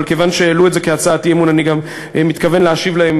אבל כיוון שהעלו את זה כהצעת אי-אמון אני גם מתכוון להשיב להם,